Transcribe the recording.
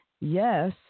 yes